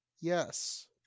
Yes